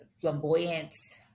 flamboyance